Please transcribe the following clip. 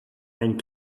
and